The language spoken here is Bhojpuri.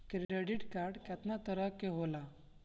क्रेडिट कार्ड कितना तरह के होला?